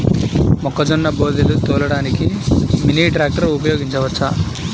మొక్కజొన్న బోదెలు తోలడానికి మినీ ట్రాక్టర్ ఉపయోగించవచ్చా?